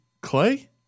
Clay